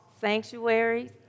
sanctuaries